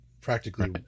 practically